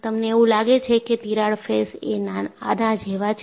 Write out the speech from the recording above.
તમને એવું લાગે કે તિરાડ ફેસ એ આના જેવા છે